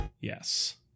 Yes